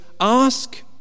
Ask